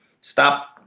Stop